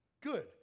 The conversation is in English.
Good